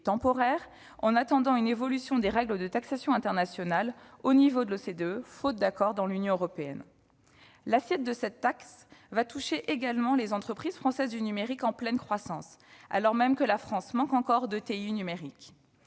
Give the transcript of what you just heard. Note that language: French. temporaire, en attendant une évolution des règles internationales de taxation, à l'échelon de l'OCDE, faute d'accord en Union européenne. L'assiette de cette taxe va toucher également des entreprises françaises du numérique en pleine croissance, alors même que la France manque encore d'entreprises